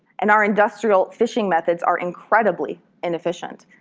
and our industrial fishing methods are incredibly inefficient,